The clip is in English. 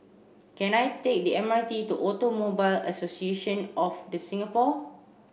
can I take the M R T to Automobile Association of the Singapore